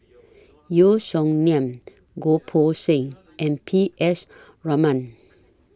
Yeo Song Nian Goh Poh Seng and P S Raman